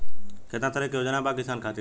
केतना तरह के योजना बा किसान खातिर?